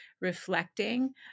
reflecting